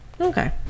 okay